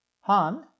Han